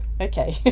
okay